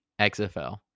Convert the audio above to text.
XFL